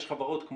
יש חברות,